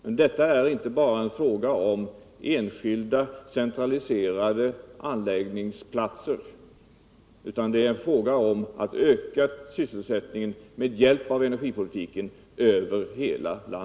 Men det är inte bara fråga om enskilda centraliserade anläggningsplatser, utan om en ökning av sysselsättningen över hela landet med hjälp av energipolitiken.